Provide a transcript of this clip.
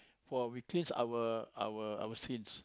for we cleanse our our our sins